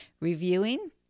reviewing